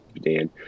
Dan